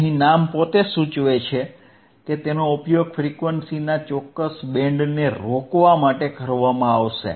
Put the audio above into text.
અહિ નામ પોતે સૂચવે છે કે તેનો ઉપયોગ ફ્રીક્વન્સીઝના ચોક્કસ બેન્ડને રોકવા માટે કરવામાં આવશે